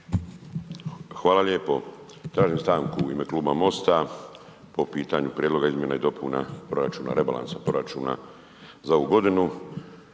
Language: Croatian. Hvala lijepo. Tražim stanku u ime Kluba MOST-a po pitanju prijedloga izmjena i dopuna proračuna rebalansa,